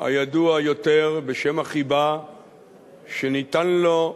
הידוע יותר בשם החיבה שניתן לו,